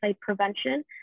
prevention